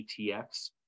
ETFs